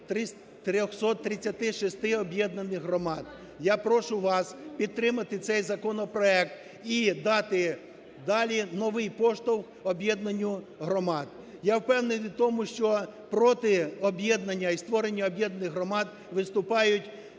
336 об'єднаних громад. Я прошу вас підтримати цей законопроект і дати далі новий поштовх об'єднанню громад. Я впевнений в тому, що проти об'єднання і створення об'єднаних громад виступають